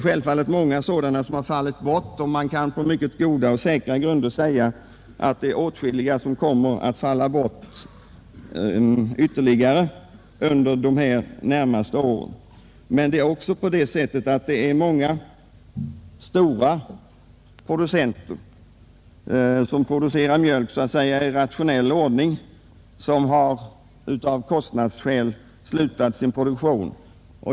Självfallet har många sådana fallit bort, och man kan på mycket säkra grunder förutsäga att ytterligare ett stort antal kommer att försvinna under de närmaste åren. Men det är också många stora, som producerar mjölk i rationell ordning, vilka av bristande lönsamhet har upphört med sin produktion.